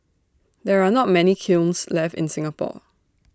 there are not many kilns left in Singapore